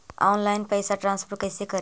Online पैसा transfer कैसे करे?